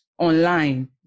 online